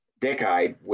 decade